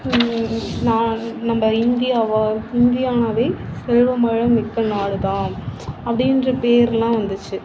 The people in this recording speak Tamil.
நான் நம்ம இந்தியாவா இந்தியானாவே செல்வவளமிக்க நாடு தான் அப்படின்ற பேரெல்லாம் வந்துச்சு